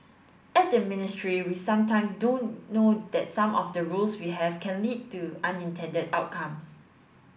at the ministry we sometimes don't know that some of the rules we have can lead to unintended outcomes